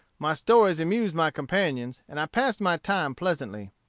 my stories amused my companions, and passed my time pleasantly.